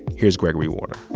here's gregory warner